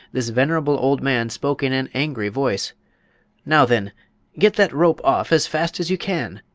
this venerable old man spoke in an angry voice now, then get that rope off as fast as you can!